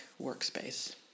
workspace